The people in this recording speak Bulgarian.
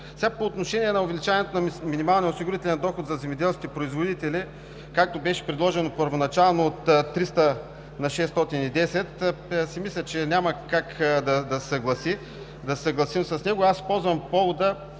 По отношение на увеличението на минималния осигурителен доход за земеделските производители, както беше предложено първоначално – от 300 лв. на 610 лв., си мисля, че няма как да се съгласим с него. Ползвам повода,